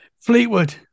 Fleetwood